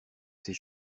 ses